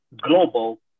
global